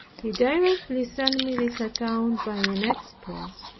he directly sent me this account by an express,